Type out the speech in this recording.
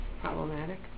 problematic